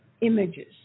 images